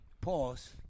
pause